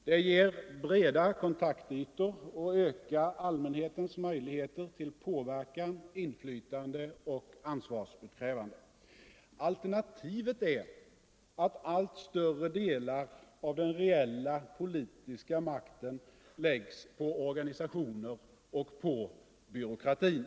Det ger breda kontaktytor och ökar allmänhetens möjligheter till påverkan, inflytande och ansvarsutkrävande. Alternativet är att allt större delar av den reella politiska makten läggs på organisationerna och på byråkratin.